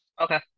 okay